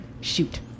Shoot